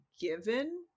given